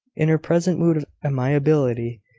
in her present mood of amiability,